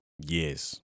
Yes